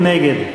מי נגד?